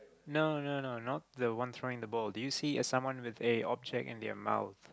no no no not the one throwing the ball do you see it's someone with a object in their month